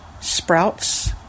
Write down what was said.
Sprouts